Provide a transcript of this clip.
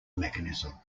mechanism